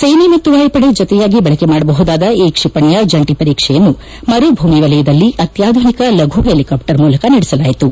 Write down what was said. ಸೇನೆ ಮತ್ತು ವಾಯುಪಡೆ ಜತೆಯಾಗಿ ಬಳಕೆ ಮಾಡಬಹುದಾದ ಈ ಕ್ಷಿಪಣಿಯ ಜಂಟಿ ಪರೀಕ್ಷೆಯನ್ನು ಮರುಭೂಮಿ ವಲಯದಲ್ಲಿ ಅತ್ತಾಧುನಿಕ ಲಘು ಹೆಲಿಕಾಫ್ಟರ್ ಮೂಲಕ ನಡೆಸಲಾಯಿತು